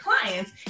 clients